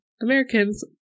Americans